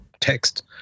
text